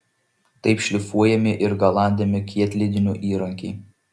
taip šlifuojami ir galandami kietlydinių įrankiai